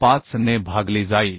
25 ने भागली जाईल